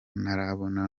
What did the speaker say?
ntarabona